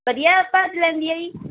ਵਧੀਆ ਭੱਜ ਲੈਂਦੀ ਆ ਜੀ